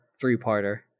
three-parter